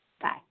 Bye